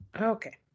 Okay